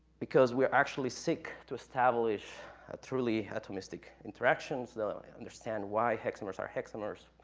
because we're actually sick to establish a truly atomistic interactions, to understand why hexmers are hexmers,